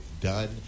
done